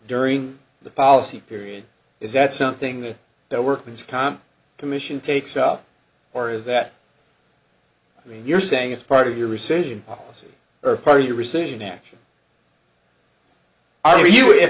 during the policy period is that something that workman's comp commission takes up or is that i mean you're saying it's part of your rescission policy or party rescission action are you